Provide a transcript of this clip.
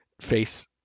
face